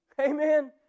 Amen